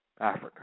Africa